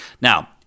Now